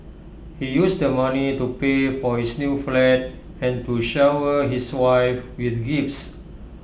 he used the money to pay for his new flat and to shower his wife with gifts